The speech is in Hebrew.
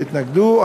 התנגדו.